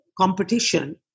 competition